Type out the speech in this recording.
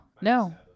no